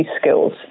skills